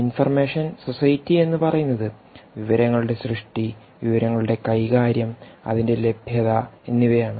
information society എന്ന് പറയുന്നത് വിവരങ്ങളുടെ സൃഷ്ടി വിവരങ്ങളുടെ കൈകാര്യംഅതിൻറെ ലഭ്യത എന്നിവയാണ്